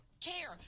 care